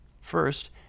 First